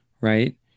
right